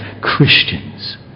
Christians